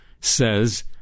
says